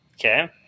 Okay